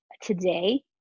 today